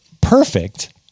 perfect